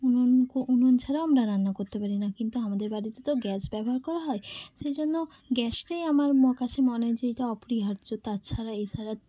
উনুন কো উনুন ছাড়াও আমরা রান্না করতে পারি না কিন্তু আমাদের বাড়িতে তো গ্যাস ব্যবহার করা হয় সেই জন্য গ্যাসটাই আমার ম কাছে মনে হয় যে এটা অপরিহার্য তাছাড়া এছাড়া